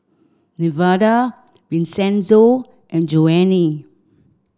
Nevada Vincenzo and Joanie